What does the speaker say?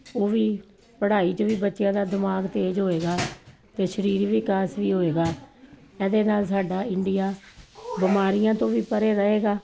ਉਹ ਵੀ ਪੜ੍ਹਾਈ 'ਚ ਵੀ ਬੱਚਿਆਂ ਦਾ ਦਿਮਾਗ ਤੇਜ਼ ਹੋਵੇਗਾ ਅਤੇ ਸਰੀਰਕ ਵਿਕਾਸ ਵੀ ਹੋਵੇਗਾ ਇਹਦੇ ਨਾਲ ਸਾਡਾ ਇੰਡੀਆ ਬਿਮਾਰੀਆਂ ਤੋਂ ਵੀ ਪਰੇ ਰਹੇਗਾ